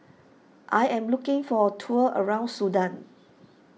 I am looking for a tour around Sudan